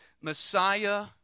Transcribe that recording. Messiah